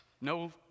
no